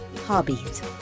hobbies